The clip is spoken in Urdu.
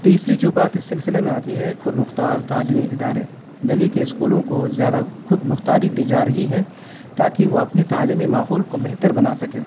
تیسری جو بات اس سلسلے میں آتی ہے خود مختار تعلیمی ادارے دلہی کے اسکولوں کو زیادہ خود مختاری دی جا رہی ہے تاکہ وہ اپنی تعلیمی ماحول کو بہتر بنا سکے